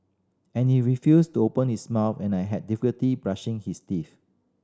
and he refused to open his mouth and I had difficulty brushing his teeth